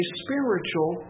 spiritual